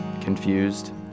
Confused